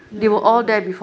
no I don't know